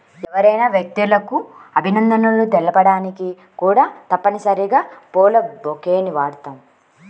ఎవరైనా వ్యక్తులకు అభినందనలు తెలపడానికి కూడా తప్పనిసరిగా పూల బొకేని వాడుతాం